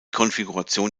konfiguration